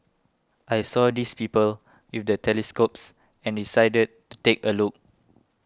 I saw these people with the telescopes and decided to take a look